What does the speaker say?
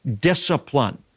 discipline